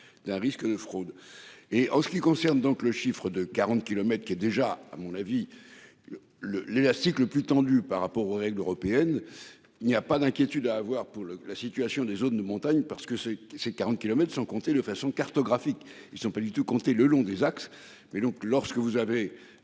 D'un risque de fraude et en ce qui concerne donc le chiffre de 40 kilomètres qui est déjà à mon avis le le l'élastique le plus tendu par rapport aux règles européennes. Il n'y a pas d'inquiétude à avoir pour le la situation des zones de montagne, parce que c'est c'est 40 kilomètres sans compter de façon cartographique ils sont pas du tout compter le long des axes. Mais donc, lorsque vous avez.